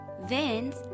Vince